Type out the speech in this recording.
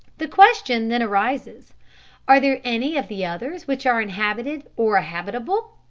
the question, then, arises are there any of the others which are inhabited or habitable?